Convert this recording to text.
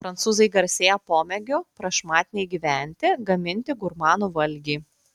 prancūzai garsėja pomėgiu prašmatniai gyventi gaminti gurmanų valgį